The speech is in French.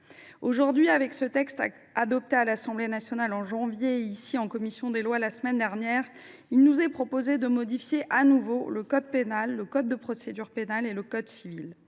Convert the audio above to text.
Au travers de ce texte, adopté par l’Assemblée nationale en janvier dernier et par la commission des lois la semaine dernière, il nous est proposé de modifier de nouveau le code pénal, le code de procédure pénale et le code civil.